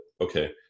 Okay